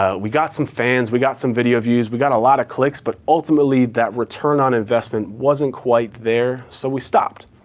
ah we got some fans, we got some video views, we got a lot of clicks, but ultimately that return on investment wasn't quite there, so we stopped.